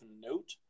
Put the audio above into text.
note